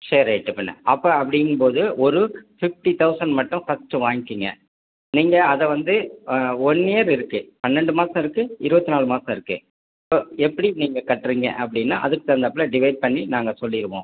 சரி ரைட் பின்னே அப்போ அப்படிங்கும்போது ஒரு ஃபிஃப்டி தொளசண்ட் மட்டும் ஃபர்ஸ்ட் வாங்கிக்கிங்க நீங்கள் அதை வந்து ஒன் இயர் இருக்கு பன்னெண்டு மாதம் இருக்கு இருபத்து நாலு மாதம் இருக்கு இப்போ எப்படி நீங்கள் கட்டுறீங்க அப்படின்னா அதற்கு தகுந்தாப்ல டிவைட் பண்ணி நாங்கள் சொல்லிருவோம்